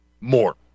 more